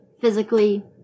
physically